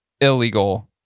illegal